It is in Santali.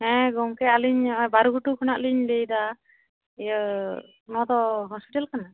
ᱦᱮᱸ ᱜᱚᱝᱠᱮ ᱟᱞᱤᱧ ᱱᱚᱜᱼᱚᱭ ᱵᱟᱹᱨᱩ ᱜᱷᱩᱴᱩ ᱠᱷᱚᱱᱟᱜ ᱞᱤᱧ ᱞᱟᱹᱭ ᱮᱫᱟ ᱤᱭᱟᱹ ᱱᱚᱶᱟ ᱫᱚ ᱦᱳᱥᱯᱤᱴᱟᱞ ᱠᱟᱱᱟ